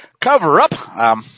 cover-up